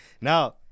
now